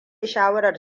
shawarar